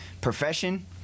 profession